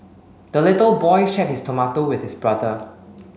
the little boy shared his tomato with his brother